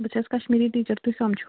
بہٕ چھَس کشمیٖری ٹیٖچَر تُہۍ کٔم چھُو